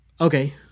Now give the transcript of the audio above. Okay